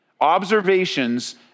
Observations